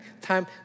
time